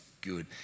good